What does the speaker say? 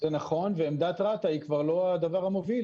זה נכון, ועמדת רת"א היא כבר לא הדבר המוביל.